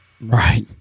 Right